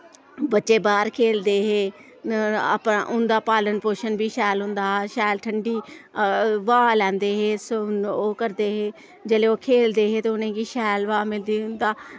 बच्चे बाह्र खेलदे हे अपना उं'दा पालन पोशन बी शैल होंदा हा शैल ठंडी ब्हाऽ लैंदे हे ओह् करदे हे जिल्लै ओह् खेलदे हे ते उ'नें गी शैल ब्हाऽ मिलदी ही